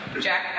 Jack